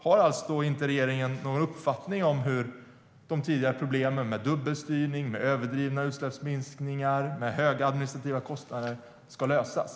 Har inte regeringen någon uppfattning om hur de tidigare problemen med dubbelstyrning, överdrivna utsläppsminskningar och höga administrativa kostnader ska lösas?